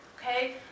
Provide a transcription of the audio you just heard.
Okay